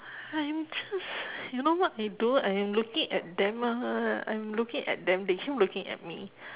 I am just you know what I do I am looking at them ah I am looking at them they keep looking at me